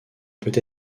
peut